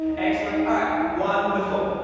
excellent. all right, wonderful.